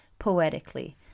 poetically